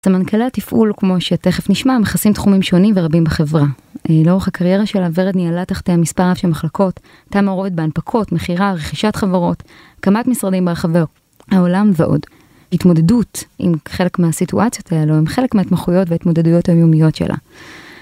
סמנכלי התפעול, כמו שתכף נשמע, מכסים תחומים שונים ורבים בחברה. לאורך הקריירה שלה, ורד ניהלה תחתיה מספר רב של מחלקות, הייתה מעורבת בהנפקות, מכירה, רכישת חברות, הקמת משרדים ברחבי העולם ועוד. ההתמודדות עם חלק מהסיטואציות האלו, הם חלק מההתמחויות וההתמודדויות היומיות שלה.